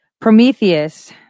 Prometheus